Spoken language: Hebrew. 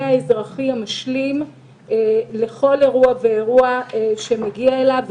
אזרחי משלים לכל אירוע ואירוע שמגיע אליו.